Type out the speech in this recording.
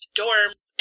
dorms